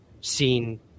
seen